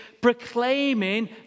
proclaiming